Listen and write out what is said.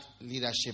leadership